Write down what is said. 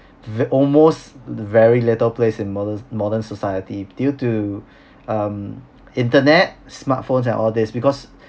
ve~ almost very little place in moder~ modern society due to um internet smartphones and all this because